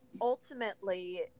Ultimately